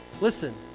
Listen